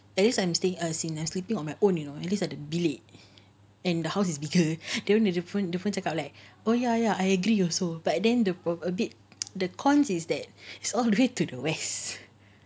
at least I am staying as in sleeping on my own you know at least ada bilik and the house is bigger then dia pun dia pun cakap like oh ya ya I agree also but then the a bit the cons is that it's all the way to the west